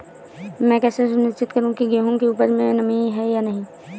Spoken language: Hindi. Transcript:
मैं कैसे सुनिश्चित करूँ की गेहूँ की उपज में नमी है या नहीं?